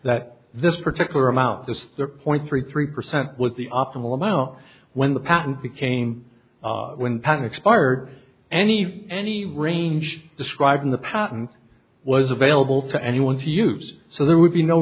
that this particular amount this their point three three percent was the optimal amount when the patent became when pen expired any any range described in the patent was available to anyone to use so there would be no